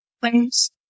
claims